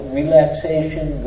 relaxation